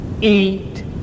eat